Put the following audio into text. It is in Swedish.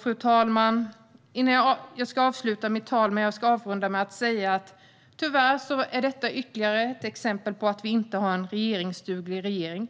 Fru talman! Jag vill avrunda med att säga att detta tyvärr är ytterligare ett exempel på att vi inte har en regeringsduglig regering.